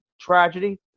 tragedy